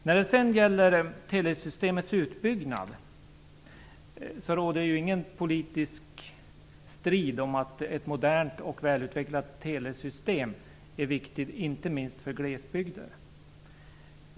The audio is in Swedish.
När det sedan gäller telesystemets utbyggnad råder det ingen politisk strid om att ett modernt och välutvecklat telesystem är viktigt, inte minst för glesbygden.